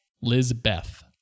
Lizbeth